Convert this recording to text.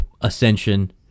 ascension